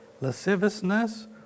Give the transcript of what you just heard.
lasciviousness